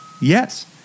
Yes